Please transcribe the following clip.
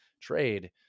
trade